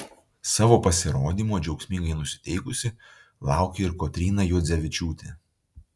savo pasirodymo džiaugsmingai nusiteikusi laukė ir kotryna juodzevičiūtė